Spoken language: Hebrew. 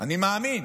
אני מאמין